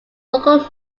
local